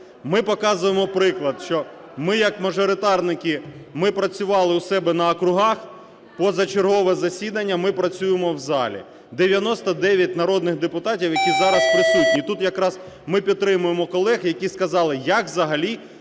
Ми показуємо приклад, що ми як мажоритарники, ми працювали у себе на округах, позачергове засідання – ми працюємо в залі. 99 народних депутатів, які зараз присутні. І тут якраз ми підтримуємо колег, які сказали: як взагалі